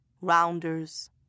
Rounders